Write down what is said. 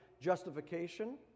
justification